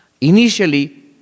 Initially